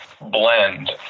blend